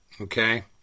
Okay